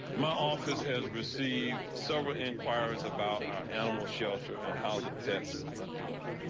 my office has received several inquiries about our animal shelter and how the pits a door.